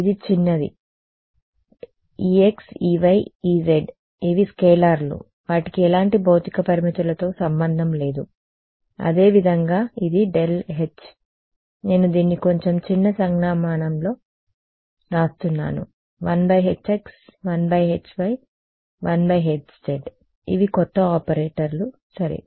ఇది చిన్నది ex ey ez ఇవి స్కేలర్లు వాటికి ఎలాంటి భౌతిక పరిమితులతో సంబంధం లేదు అదే విధంగా ఇది ∇h నేను దీన్ని కొంచెం చిన్న సంజ్ఞామానంలో వ్రాస్తున్నాను 1hx 1hy 1hz ఇవి కొత్త ఆపరేటర్లు సరే